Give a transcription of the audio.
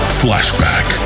flashback